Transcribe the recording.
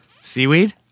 Seaweed